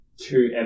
two